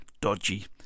dodgy